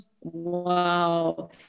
Wow